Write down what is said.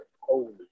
holy